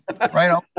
right